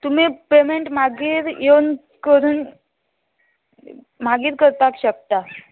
तुमी पेमेंट मागीर येवन करून मागीर करपाक शकता